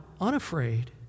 unafraid